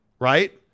Right